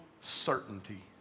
certainty